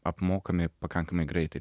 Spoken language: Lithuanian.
apmokami pakankamai greitai